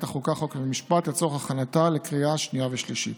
החוקה חוק ומשפט לצורך הכנתה לקריאה השנייה והשלישית.